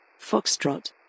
Foxtrot